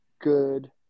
good